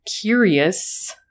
curious